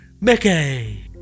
Mickey